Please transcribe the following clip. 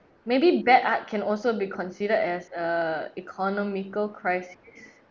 maybe bad art can also be considered as a economical crisis